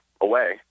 Away